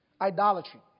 idolatry